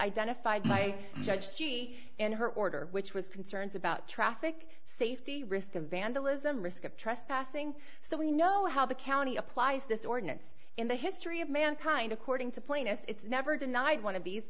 identified by judge she and her order which was concerns about traffic safety risk of vandalism risk of trespassing so we know how the county applies this ordinance in the history of mankind according to point it's never denied